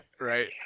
Right